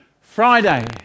Friday